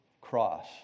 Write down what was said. cross